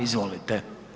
Izvolite.